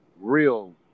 real